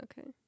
Okay